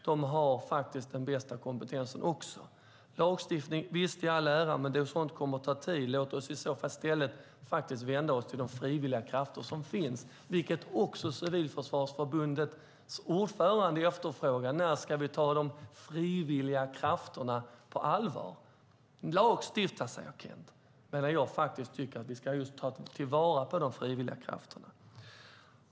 De har faktiskt också den bästa kompetensen. Lagstiftning i all ära, men en sådan kommer att ta tid. Låt oss i stället vända oss till de frivilliga krafter som finns. Också Civilförsvarsförbundets ordförande frågar när vi ska ta de frivilliga krafterna på allvar. Lagstifta, säger Kent, medan jag tycker att vi just ska ta vara på de frivilliga krafterna.